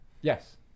Yes